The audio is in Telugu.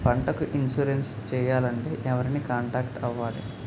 పంటకు ఇన్సురెన్స్ చేయాలంటే ఎవరిని కాంటాక్ట్ అవ్వాలి?